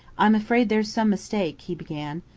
i'm afraid there's some mistake, he began.